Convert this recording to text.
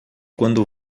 quando